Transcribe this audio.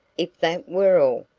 if that were all!